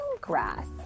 grass